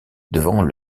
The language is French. devant